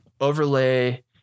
overlay